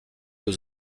deux